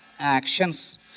actions